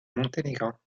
monténégrins